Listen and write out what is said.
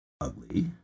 ugly